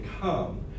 come